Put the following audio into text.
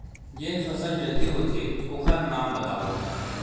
जेन फसल जल्दी होथे ओखर नाम बतावव?